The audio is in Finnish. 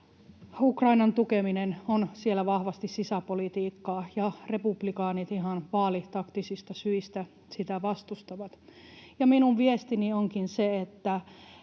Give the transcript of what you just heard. Ukrainan tukeminen on siellä vahvasti sisäpolitiikkaa ja republikaanit ihan vaalitaktisista syistä sitä vastustavat. Minun viestini onkin se, että